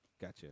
Gotcha